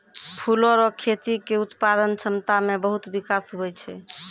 फूलो रो खेती के उत्पादन क्षमता मे बहुत बिकास हुवै छै